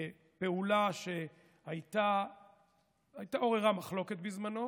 פעולה שעוררה מחלוקת בזמנו,